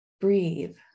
breathe